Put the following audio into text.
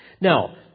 Now